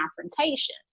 confrontation